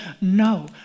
no